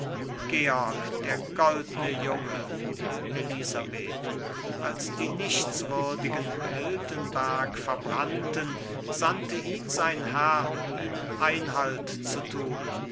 georg der goldne junge elisabeth als die nichtswürdigen miltenberg verbrannten sandte ihn sein herr ihnen einhalt zu tun